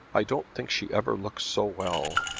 i don't think she ever looks so well.